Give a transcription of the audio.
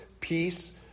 peace